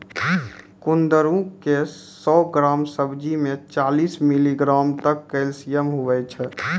कुंदरू के सौ ग्राम सब्जी मे चालीस मिलीग्राम तक कैल्शियम हुवै छै